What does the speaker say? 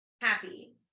Happy